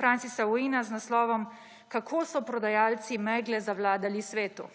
Francisa Waynea z naslovom Kako so prodajalci megle zavladali svetu.